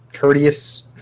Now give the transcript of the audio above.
Courteous